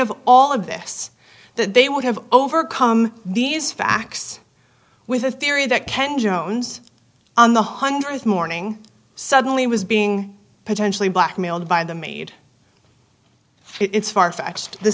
of all of this that they would have overcome these facts with a theory that can jones on the hungary's morning suddenly was being potentially blackmailed by the maid it's far fetched the